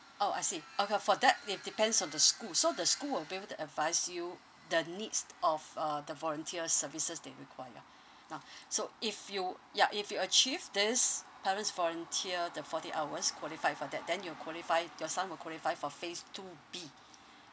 orh I see okay for that it depends on the school so the school will be able to advise you the needs of uh the volunteer services they require now so if you ya if you achieved this parents volunteer the forty hours qualify for that then you qualify your son will qualify for phase two B